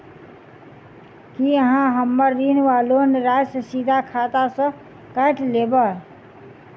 की अहाँ हम्मर ऋण वा लोन राशि सीधा खाता सँ काटि लेबऽ?